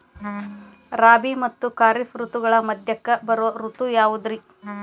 ರಾಬಿ ಮತ್ತ ಖಾರಿಫ್ ಋತುಗಳ ಮಧ್ಯಕ್ಕ ಬರೋ ಋತು ಯಾವುದ್ರೇ?